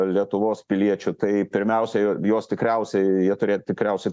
lietuvos piliečių tai pirmiausia jos tikriausiai jie turė tikriausiai